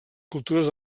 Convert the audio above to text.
cultures